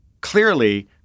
clearly